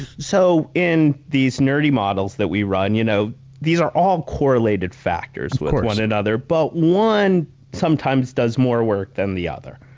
so in these nerdy models that we run, you know these are all correlated factors with one and another, but one sometimes does more work than the other.